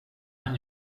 han